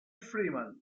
freeman